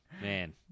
Man